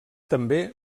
també